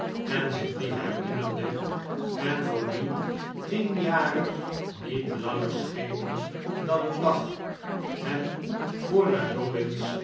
en zich dien h e rinnerde en voor w j en tien jaren niet langer schenen dan een dag hem voor